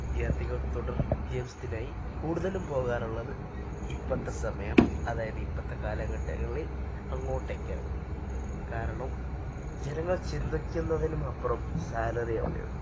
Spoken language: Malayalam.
വിദ്യാർത്ഥികൾ തുടർ വിദ്യാഭ്യാസത്തിനായി കൂടുതലും പോകാറുള്ളത് ഇപ്പോഴത്തെ സമയം അതായത് ഇപ്പോഴത്തെ കാലഘട്ടങ്ങളിൽ അങ്ങോട്ടേക്കാണ് കാരണം ജനങ്ങൾ ചിന്തിക്കുന്നതിനുമപ്പുറം സാലറി അവിടെയുണ്ട്